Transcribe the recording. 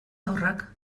haurrak